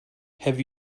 have